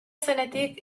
zenetik